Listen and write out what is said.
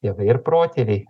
tėvai ir protėviai